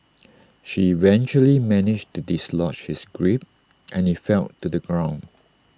she eventually managed to dislodge his grip and he fell to the ground